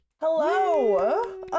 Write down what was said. Hello